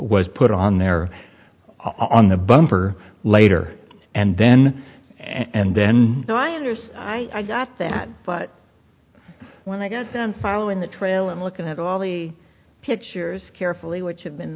was put on there on the bumper later and then and then so i understand i got that but when i got them following the trail i'm looking at all the pictures carefully which have been